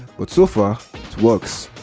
but so far, it works.